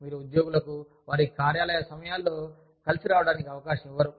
మీరు ఉద్యోగులకు వారి కార్యాలయ సమయాల్లో కలిసి రావడానికి అవకాశం ఇవ్వరు